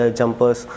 jumpers